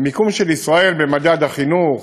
המיקום של ישראל במדד החינוך,